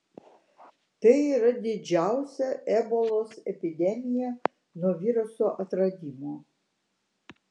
tai yra didžiausia ebolos epidemija nuo viruso atradimo